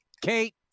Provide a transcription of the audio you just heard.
Kate